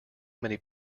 many